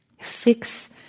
fix